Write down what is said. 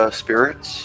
spirits